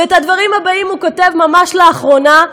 ואת הדברים הבאים הוא כותב ממש לאחרונה.